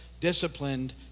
disciplined